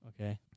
Okay